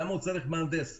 למה הוא צריך מהנדס?